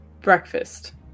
Breakfast